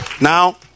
Now